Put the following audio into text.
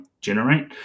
generate